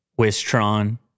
Wistron